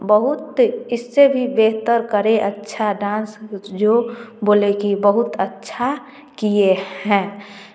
बहुत इससे भी बेहतर करें अच्छा डांस जो बोले कि बहुत अच्छा किए हैं